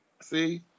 See